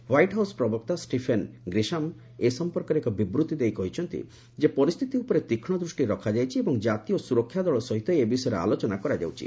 white House ପ୍ରବକ୍ତା Stephen Grisham ଏ ସଂପର୍କରେ ଏକ ବିବୃଭି ଦେଇ କହିଛନ୍ତି ଯେ ପରିସ୍ଥିତି ଉପରେ ତୀକ୍ଷ୍ଣ ଦୁଷ୍ଟି ରଖାଯାଇଛି ଏବଂ ଜାତୀୟ ସୁରକ୍ଷା ଦଳ ସହିତ ଏ ବିଷୟରେ ଆଲୋଚନା କରାଯାଉଛି